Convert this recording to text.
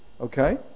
okay